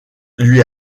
lui